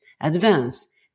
advance